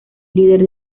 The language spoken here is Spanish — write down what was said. líder